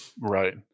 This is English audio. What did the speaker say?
Right